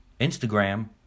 Instagram